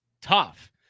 tough